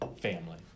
family